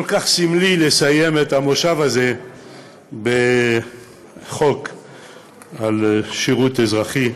כל כך סמלי לסיים את המושב הזה בחוק על שירות אזרחי.